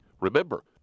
Remember